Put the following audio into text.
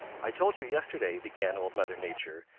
i told you yesterday, began old mother nature,